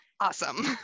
awesome